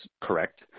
correct